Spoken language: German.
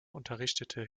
unterrichtete